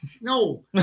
No